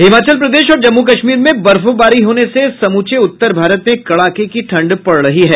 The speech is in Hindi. हिमाचल प्रदेश और जम्मू कश्मीर में बर्फबारी होने से समूचे उत्तर भारत में कड़ाके की ठंड पड़ रही है